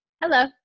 Hello